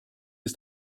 ist